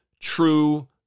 true